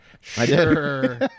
sure